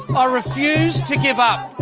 but refuse to give up.